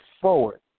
forward